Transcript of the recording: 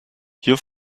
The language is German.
hier